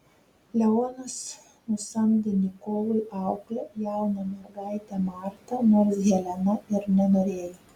leonas nusamdė nikolui auklę jauną mergaitę martą nors helena ir nenorėjo